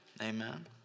Amen